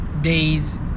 days